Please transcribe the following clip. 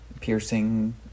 piercing